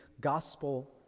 gospel